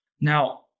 Now